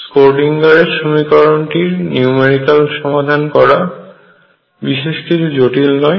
স্ক্রোডিঙ্গারের সমীকরণটিরSchrödinger equation numerical সমাধান করা বিশেষ জটিল কিছু নয়